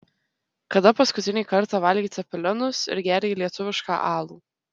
kada paskutinį kartą valgei cepelinus ir gėrei lietuvišką alų